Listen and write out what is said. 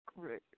great